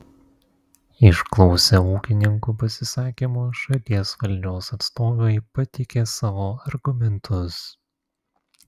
išklausę ūkininkų pasisakymų šalies valdžios atstovai pateikė savo argumentus